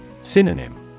Synonym